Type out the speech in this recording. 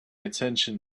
attention